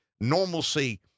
normalcy